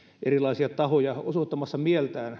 erilaisia tahoja osoittamassa mieltään